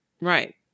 Right